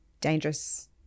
Dangerous